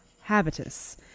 habitus